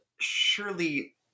surely